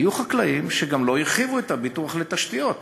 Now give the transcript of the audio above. היו חקלאים שגם לא הרחיבו את הביטוח לתשתיות,